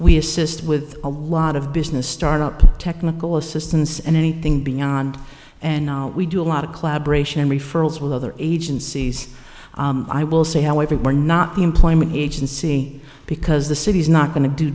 we assist with a lot of business start ups technical assistance and anything beyond and we do a lot of collaboration and referrals with other agencies i will say however we are not the employment agency because the city is not go